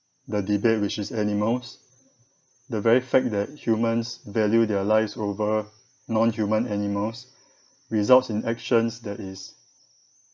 the debate which is animals the very fact that humans value their lives over non-human animals results in actions that is